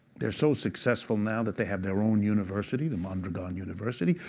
they are so successful now that they have their own university, the mondragon university,